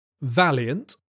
valiant